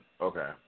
okay